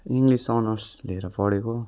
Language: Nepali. इङ्लिस अनर्स लिएर पढेको